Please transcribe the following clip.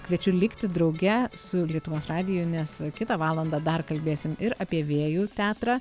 kviečiu likti drauge su lietuvos radiju nes kitą valandą dar kalbėsim ir apie vėjų teatrą